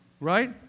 right